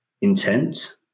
intent